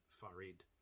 Farid